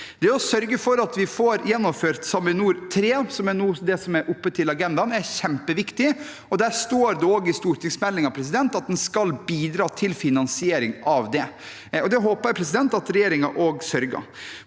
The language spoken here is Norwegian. å sørge for at vi får gjennomført SAMINOR 3, som nå er på agendaen, er kjempeviktig. Det står i stortingsmeldingen at en skal bidra til finansiering av det, og det håper jeg at regjeringen sørger